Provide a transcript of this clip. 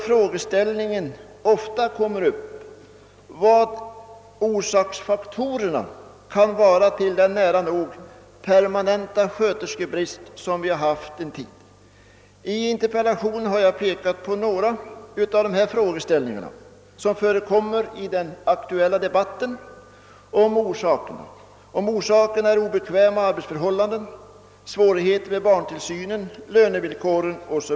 Frågeställningen blir då vilka orsakerna kan vara till den nära nog permanenta sjuksköterskebrist som vi har haft en längre tid. I interpellationen har jag pekat på några av de orsaker som har framhållits i den aktuella debatten: obekväma arbetsförhållanden, svårigheter med barntillsynen, lönevillkoren etc.